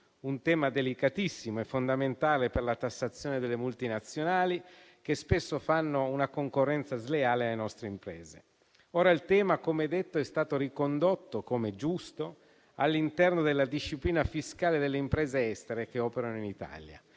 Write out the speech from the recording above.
un tema delicatissimo e fondamentale per la tassazione delle multinazionali, che spesso fanno una concorrenza sleale alle nostre imprese. Ora il tema è stato ricondotto - come è giusto - all'interno della disciplina fiscale delle imprese estere che operano in Italia